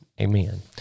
Amen